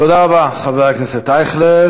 תודה רבה, חבר הכנסת אייכלר.